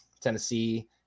Tennessee